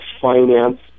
finance